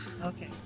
Okay